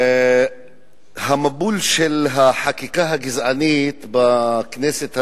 המבול של החקיקה הגזענית בכנסת הזאת,